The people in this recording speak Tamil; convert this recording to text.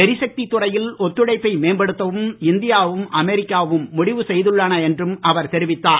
எரிசக்தி துறையில் ஒத்துழைப்பை மேம்படுத்தவும் இந்தியாவும் அமெரிக்காவும் முடிவு செய்துள்ளன என்றும் அவர் தெரிவித்தார்